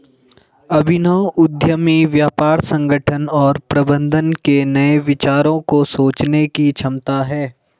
अभिनव उद्यमी व्यापार संगठन और प्रबंधन के नए विचारों को सोचने की क्षमता है